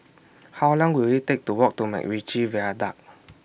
How Long Will IT Take to Walk to Macritchie Viaduct